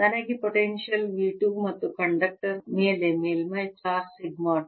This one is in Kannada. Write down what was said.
ನನಗೆ ಪೊಟೆನ್ಶಿಯಲ್ V 2 ಮತ್ತು ಕಂಡಕ್ಟರ್ ಮೇಲೆ ಮೇಲ್ಮೈ ಚಾರ್ಜ್ ಸಿಗ್ಮಾ 2